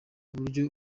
buryo